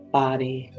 body